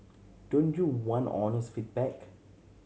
don't you want honest feedback